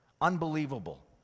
Unbelievable